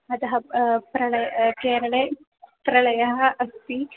अतः प्रलयः केरळे प्रलयः अस्ति